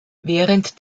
während